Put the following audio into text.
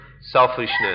selfishness